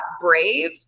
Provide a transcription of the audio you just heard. brave